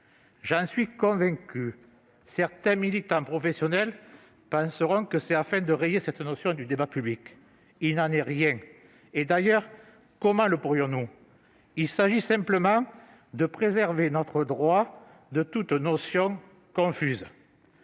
J'en suis convaincu, certains militants professionnels penseront qu'il s'agit de rayer cette notion du débat public. Il n'en est rien, et, d'ailleurs, comment le pourrions-nous ? Il est simplement question de préserver notre droit d'une notion confuse